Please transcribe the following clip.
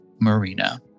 marina